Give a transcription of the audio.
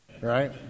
right